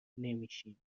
نمیشیم